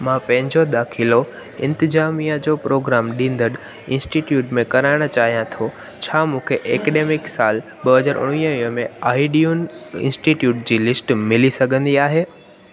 मां पंहिंजो दाख़िलो इंतिज़ामिया जो प्रोग्राम ॾींदड़ इन्स्टिटयूट में कराइण चाहियां थो छा मूंखे ऐकडेमिक साल ॿ हज़ार उणिवीह वीह में आईडियुनि इन्स्टिटयूट जी लिस्ट मिली सघंदी आहे